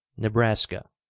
nebraska,